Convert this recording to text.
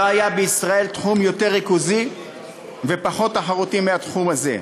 לא היה בישראל תחום יותר ריכוזי ופחות תחרותי מהתחום הזה.